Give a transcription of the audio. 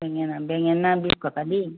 বেঙেনা বেঙেনা বিশ টকা দেই